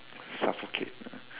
suffocate